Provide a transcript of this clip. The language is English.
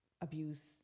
abuse